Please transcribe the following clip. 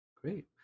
Great